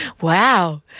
wow